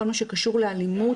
כל מה שקשור לאלימות,